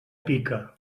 pica